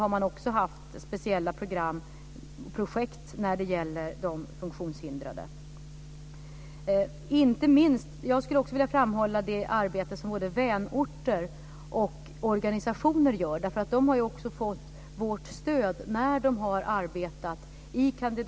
Jag har svårt att se att de här ansökarländerna, om man vill vara lite tuff, ska kunna bli medlemmar om de inte uppfyller kraven när det gäller grundläggande mänskliga rättigheterna - och det gäller hela befolkningen, även dem som är bortglömda. Jag håller med Sonja Fransson.